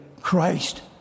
Christ